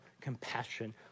compassion